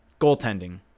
goaltending